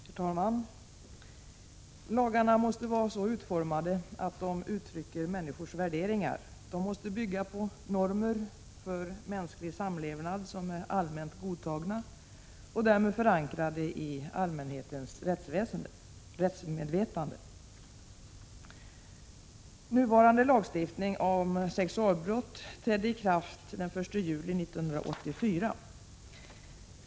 Herr talman! Lagarna måste vara så utformade att de uttrycker människors värderingar. De måste bygga på normer för mänsklig samlevnad som är allmänt godtagna och därmed förankrade i allmänhetens rättsmedvetande. Nuvarande lagstiftning om sexualbrott trädde i kraft den 1 juli 1984.